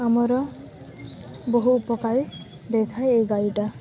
ଆମର ବହୁ ଉପକାରୀ ଦେଇଥାଏ ଏଇ ଗାଈଟା